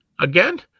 again